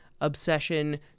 obsession